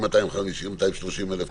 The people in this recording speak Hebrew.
עם 250,000-230,000 תושבים.